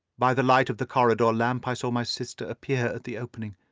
by the light of the corridor-lamp i saw my sister appear at the opening,